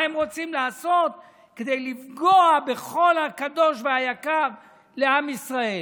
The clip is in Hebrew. מה הם רוצים לעשות כדי לפגוע בכל הקדוש והיקר לעם ישראל.